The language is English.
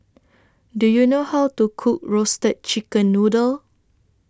Do YOU know How to Cook Roasted Chicken Noodle